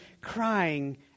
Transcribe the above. crying